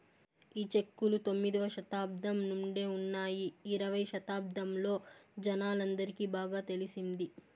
ఈ చెక్కులు తొమ్మిదవ శతాబ్దం నుండే ఉన్నాయి ఇరవై శతాబ్దంలో జనాలందరికి బాగా తెలిసింది